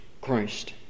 Christ